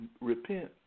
repent